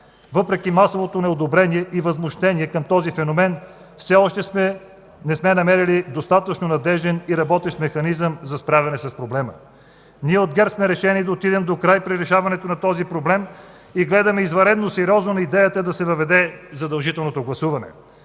Въпреки масовото неодобрение и възмущение към този феномен, все още не сме намерили достатъчно надежден и работещ механизъм за справяне с проблема. Ние от ГЕРБ сме решени да отидем докрай при решаването на този проблем и гледаме извънредно сериозно на идеята да се въведе задължителното гласуване.